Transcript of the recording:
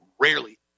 rarely